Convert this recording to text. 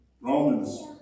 Romans